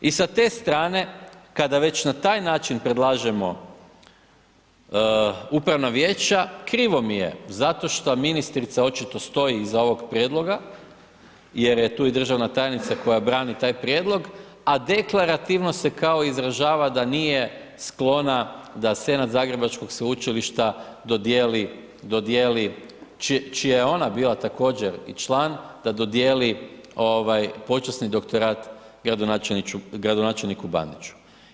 I sa te strane kada već na taj način predlažemo upravna vijeća, krivo mi je zato što ministrica očito stoji iza ovog prijedloga jer je tu i državna tajnica koja brani taj prijedlog, a deklarativno se kao izražava da nije sklona da senat Zagrebačkog Sveučilišta dodijeli, dodijeli, čija je ona bila također i član, da dodijeli ovaj počasni doktorat gradonačelniku Bandiću.